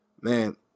man